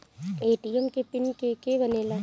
ATM के pin के के बनेला?